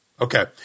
Okay